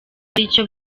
haricyo